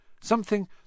something